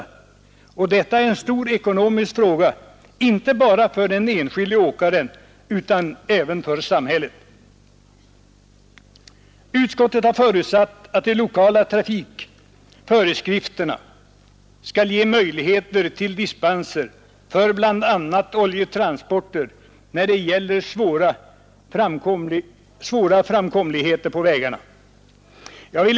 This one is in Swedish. Detta är en stor ekonomisk fråga inte bara för den enskilde åkaren utan även för samhället. Utskottet har förutsatt att de lokala trafikföreskrifterna skall ge möjligheter till dispenser för bl.a. oljetransporter när det gäller svårframkomlighet på vägarna. Jag vill.